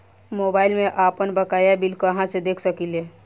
Mobile में आपनबकाया bill कहाँसे देख सकिले?